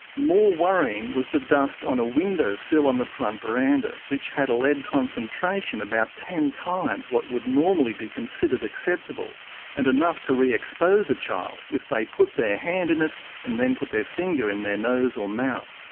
more worrying was the dust on a windowsill on the front veranda, which had a lead concentration about ten times what would normally be considered acceptable and enough to re-expose a child if they put their hand in it and then put their finger in their nose or mouth.